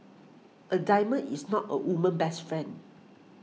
a diamond is not a woman's best friend